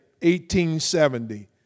1870